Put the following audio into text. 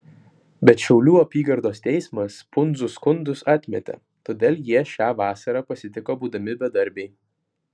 bet šiaulių apygardos teismas pundzų skundus atmetė todėl jie šią vasarą pasitiko būdami bedarbiai